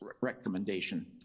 recommendation